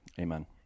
amen